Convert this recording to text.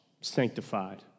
sanctified